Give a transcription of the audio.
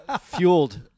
Fueled